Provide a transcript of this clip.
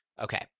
okay